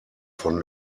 von